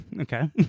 Okay